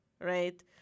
right